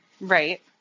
right